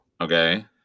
Okay